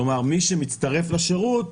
כלומר, מי שמצטרף לשירות,